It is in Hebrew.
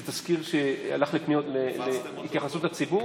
זה תזכיר שהופץ להתייחסות הציבור,